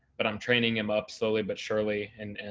but i'm training him up slowly but surely. and and,